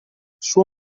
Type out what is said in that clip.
suo